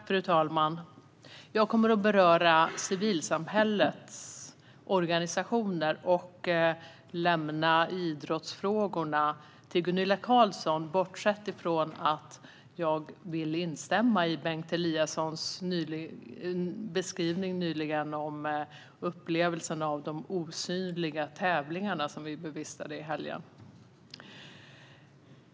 Fru talman! Jag kommer att beröra civilsamhällets organisationer och lämnar idrottsfrågorna till Gunilla Carlsson. Jag vill dock instämma i Bengt Eliassons beskrivning av upplevelserna av de osynliga tävlingarna som vi bevistade i helgen.